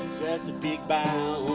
chesapeake bound